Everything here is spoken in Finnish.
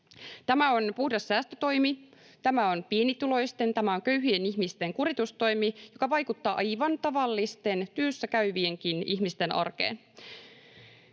Tämä on puhdas säästötoimi, tämä on pienituloisten, tämä on köyhien ihmisten kuritustoimi, joka vaikuttaa aivan tavallisten, työssä käyvienkin ihmisten arkeen.